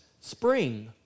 spring